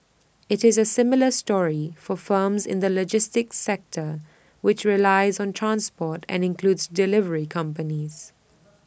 IT is A similar story for firms in the logistics sector which relies on transport and includes delivery companies